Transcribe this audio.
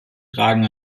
ragen